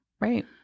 Right